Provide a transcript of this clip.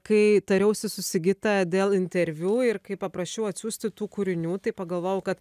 kai tariausi su sigita dėl interviu ir kai paprašiau atsiųsti tų kūrinių tai pagalvojau kad